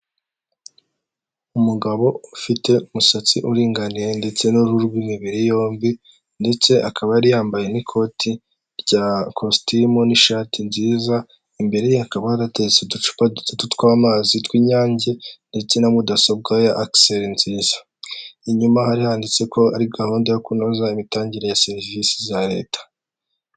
Umugabo ufite umusatsi uringaniye ndetse n'uruhu rw'imibiri yombi ndetse akaba yari yambaye n'ikoti rya kositimu n'ishati nziza, imbere hakaba yarateretse uducupa dutatu tw'amazi tw'inyange ndetse na mudasobwa ya egiseri nziza, inyuma hari handitse ko ari gahunda yo kunoza imitangire ya serivisi za leta.